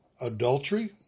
adultery